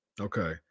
Okay